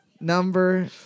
number